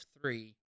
three